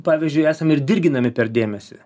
pavyzdžiui esam ir dirginami per dėmesį